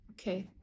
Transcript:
okay